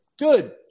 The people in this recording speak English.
Good